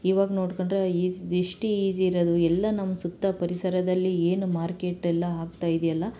ಇವಾಗ ನೋಡ್ಕೊಂಡ್ರೆ ಇಸ್ ಇಷ್ಟು ಈಸಿ ಇರೋದು ಎಲ್ಲ ನಮ್ಮ ಸುತ್ತ ಪರಿಸರದಲ್ಲಿ ಏನು ಮಾರ್ಕೆಟ್ಟೆಲ್ಲ ಆಗ್ತಾ ಇದೆಯಲ್ಲ